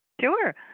Sure